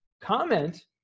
comment